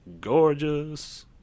gorgeous